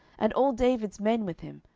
and all david's men with him,